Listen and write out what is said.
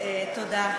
תודה.